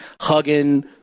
hugging